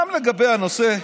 גם לגבי הנושא,